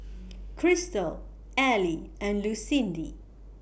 Christel Ely and Lucindy